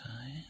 time